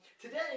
Today